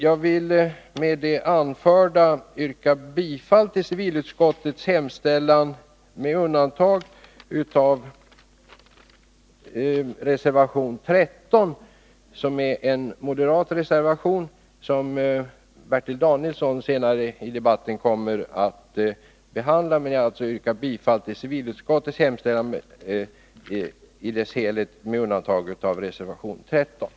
Jag vill med det anförda yrka bifall till civilutskottets hemställan på alla punkter, med undantag av den punkt som berörs av reservation 13, en moderat reservation som Bertil Danielsson senare kommer att behandla.